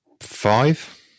Five